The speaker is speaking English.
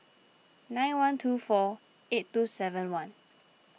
nine one two four eight two seven one